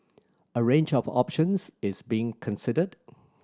a range of options is being considered